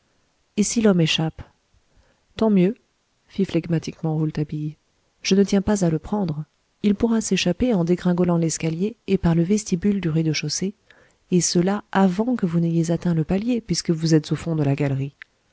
et si l'homme échappe tant mieux fit flegmatiquement rouletabille je ne tiens pas à le prendre il pourra s'échapper en dégringolant l'escalier et par le vestibule du rez-de-chaussée et cela avant que vous n'ayez atteint le palier puisque vous êtes au fond de la galerie